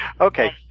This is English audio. Okay